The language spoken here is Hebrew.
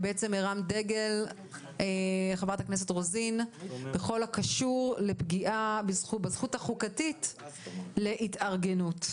בעצם הרמת דגל בכל הקשור לפגיעה בזכות החוקתית להתארגנות.